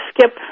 skip